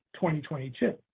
2022